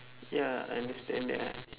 ya I understand that ah